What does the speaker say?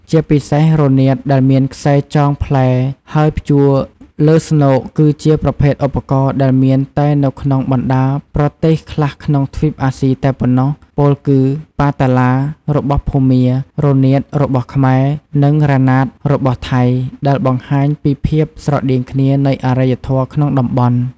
ជាពិសេស រនាតដែលមានខ្សែចងផ្លែហើយព្យួរលើស្នូកគឺជាប្រភេទឧបករណ៍ដែលមានតែនៅក្នុងបណ្តាលប្រទេសខ្លះក្នុងទ្វីបអាស៊ីតែប៉ុណ្ណោះពោលគឺ ប៉ាតាឡា របស់ភូមា រនាត របស់ខ្មែរ និងរ៉ាណាត របស់ថៃដែលបង្ហាញពីភាពស្រដៀងគ្នានៃអរិយធម៌ក្នុងតំបន់។